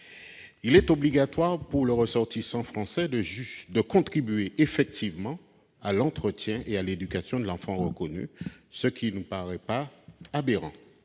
Il est obligatoire, pour le ressortissant français, de contribuer effectivement à l'entretien et à l'éducation de l'enfant reconnu. Cela ne paraît pas aberrant.